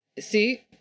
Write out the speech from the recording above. see